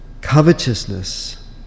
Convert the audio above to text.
Covetousness